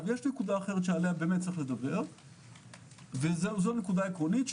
יש לדבר על נקודה עקרונית אחרת,